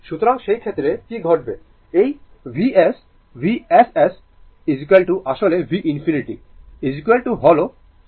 সুতরাং সেই ক্ষেত্রে কি ঘটবে এই Vs Vss আসলে v infinity হল v এটি স্টেডি স্টেট v